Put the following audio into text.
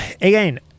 again